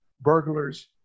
burglars